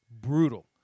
brutal